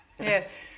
yes